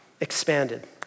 expanded